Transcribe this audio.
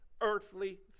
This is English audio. earthly